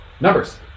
Numbers